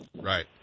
right